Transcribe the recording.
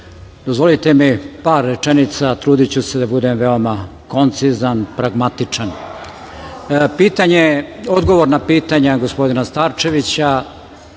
dozvolite mi par rečenica, trudiću se da budem veoma koncizan, pragmatičan. Odgovor na pitanja gospodina Starčevića